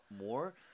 more